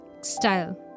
style